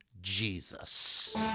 Jesus